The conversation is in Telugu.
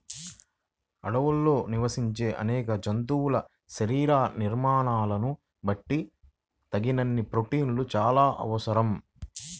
అడవుల్లో నివసించే అనేక జంతువుల శరీర నిర్మాణాలను బట్టి తగినన్ని ప్రోటీన్లు చాలా అవసరం